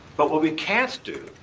but what we can't do,